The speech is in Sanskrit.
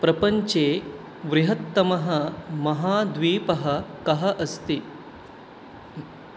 प्रपञ्चे बृहत्तमः महाद्वीपः कः अस्ति